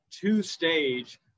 two-stage